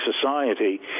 society